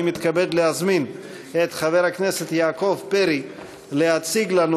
אני מתכבד להזמין את חבר הכנסת יעקב פרי להציע לנו